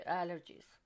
allergies